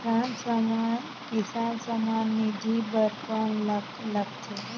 किसान सम्मान निधि बर कौन का लगथे?